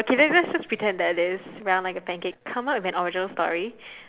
okay then let's just pretend that is round like a pancake come up with a original story